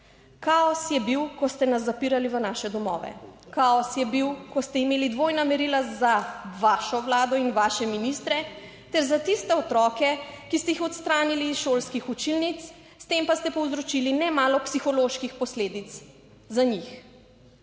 Kaos je bil, ko ste nas zapirali v naše domove, kaos je bil, ko ste imeli dvojna merila za vašo vlado in vaše ministre ter za tiste otroke, ki ste jih odstranili iz šolskih učilnic, s tem pa ste povzročili nemalo psiholoških posledic za njih,